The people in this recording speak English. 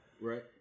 Right